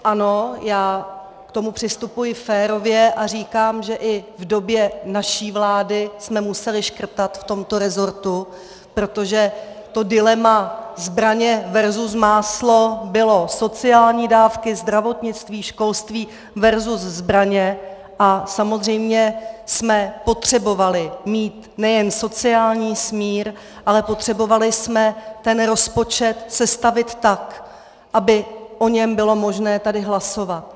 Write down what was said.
Ano, já k tomu přistupuji férově a říkám, že i v době naší vlády jsme museli škrtat v tomto rezortu, protože to dilema zbraně versus máslo bylo sociální dávky, zdravotnictví, školství versus zbraně a samozřejmě jsme potřebovali mít nejen sociální smír, ale potřebovali jsme ten rozpočet sestavit tak, aby o něm bylo možné tady hlasovat.